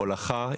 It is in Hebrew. הולכה,